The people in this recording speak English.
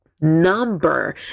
number